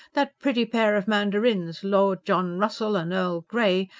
that pretty pair of mandarins, lord john russell and earl grey,